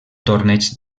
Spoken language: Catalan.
torneig